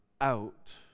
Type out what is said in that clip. out